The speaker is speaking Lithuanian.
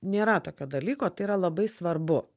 nėra tokio dalyko tai yra labai svarbu